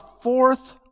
fourth